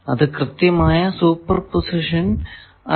അത് കൃത്യമായ superposition അല്ല